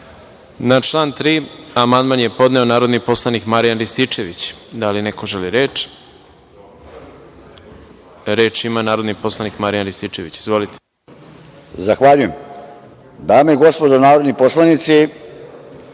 član 3. amandman je podneo narodni poslanik Marijan Rističević. Da li neko želi reč? Reč ima narodni poslanik Marijan Rističević. Izvolite. **Marijan Rističević** Zahvaljujem. Dame i gospodo narodni poslanici,